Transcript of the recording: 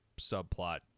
subplot